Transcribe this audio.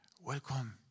Welcome